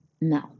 no